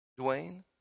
Dwayne